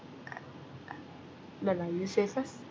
no lah you say first